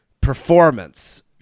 performance